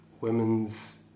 Women's